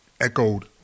echoed